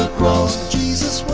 cross jesus